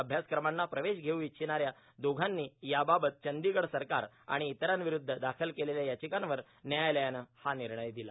अभ्यासक्रमांना प्रवेश घेऊ इच्छिणाऱ्या दोघांनी याबाबत चंदीगड सरकार आणि इतरांविरूद्ध दाखल केलेल्या याचिकांवर न्यायालयानं हा निर्णय दिला